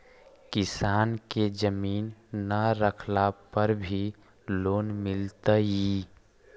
किसान के जमीन न रहला पर भी लोन मिलतइ?